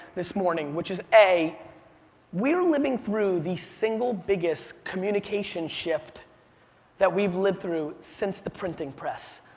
this morning, which is a we are living through the single biggest communication shift that we've lived through since the printing press.